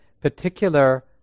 particular